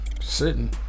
sitting